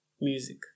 music